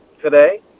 today